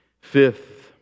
Fifth